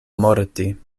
morti